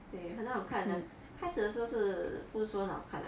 对很好看啊开始的时候是不是说很好看啦